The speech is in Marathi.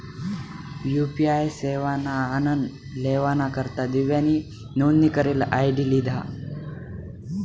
यु.पी.आय सेवाना आनन लेवाना करता दिव्यानी नोंदनी करेल आय.डी लिधा